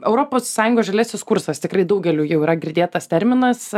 europos sąjungos žaliasis kursas tikrai daugeliui jau yra girdėtas terminas